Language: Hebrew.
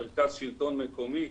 מרכז שלטון מקומי,